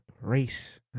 race